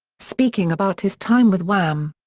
speaking about his time with wham!